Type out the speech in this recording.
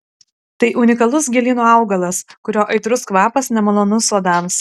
tai unikalus gėlyno augalas kurio aitrus kvapas nemalonus uodams